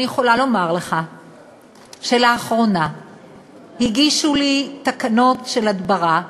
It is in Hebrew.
אני יכולה לומר לך שלאחרונה הגישו לי תקנות בדבר הדברה,